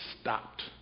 stopped